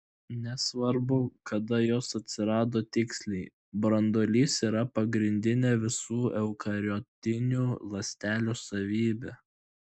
nesvarbu kada jos atsirado tiksliai branduolys yra pagrindinė visų eukariotinių ląstelių savybė